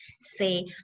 say